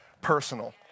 personal